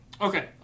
Okay